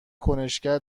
کنشگر